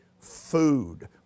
food